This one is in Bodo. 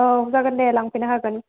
औ जागोन दे लांफैनो हागोन